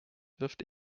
wirft